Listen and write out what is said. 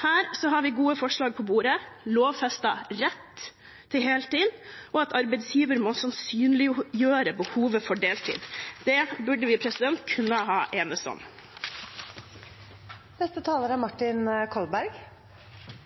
Her har vi gode forslag på bordet: lovfestet rett til heltid, og at arbeidsgiver må sannsynliggjøre behovet for deltid. Det burde vi kunne enes om. Det er tilsynelatende slik at det er